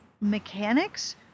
mechanics